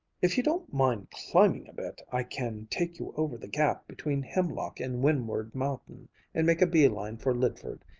if you don't mind climbing a bit, i can take you over the gap between hemlock and windward mountain and make a bee-line for lydford.